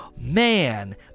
Man